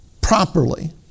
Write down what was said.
properly